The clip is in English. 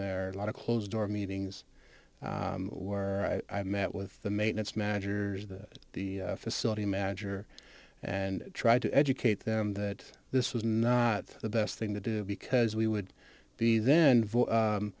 there a lot of closed door meetings where i met with the maintenance managers that the facility manager and tried to educate them that this was not the best thing to do because we would be then